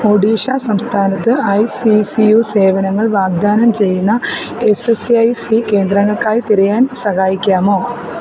ഒഡീഷ സംസ്ഥാനത്ത് I C C U സേവനങ്ങൾ വാഗ്ദാനം ചെയ്യുന്ന എസ് എസ് ഐ സി കേന്ദ്രങ്ങൾക്കായി തിരയാൻ സഹായിക്കാമോ